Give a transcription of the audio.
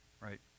right